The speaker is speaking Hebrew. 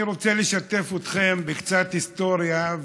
אני רוצה לשתף אתכם בקצת היסטוריה,